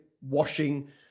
washing